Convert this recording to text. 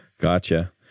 Gotcha